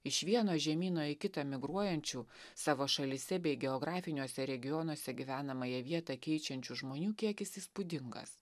iš vieno žemyno į kitą migruojančių savo šalyse bei geografiniuose regionuose gyvenamąją vietą keičiančių žmonių kiekis įspūdingas